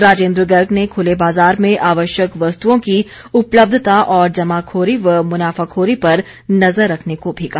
राजेन्द्र गर्ग ने खुले बाजार में आवश्यक वस्तुओं की उपलब्धता और जमाखोरी व मुनाफाखोरी पर नजर रखने को भी कहा